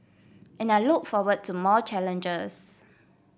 and I look forward to more challenges